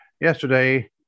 yesterday